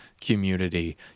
community